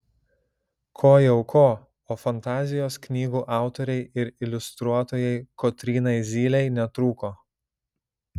ko jau ko o fantazijos knygų autorei ir iliustruotojai kotrynai zylei netrūko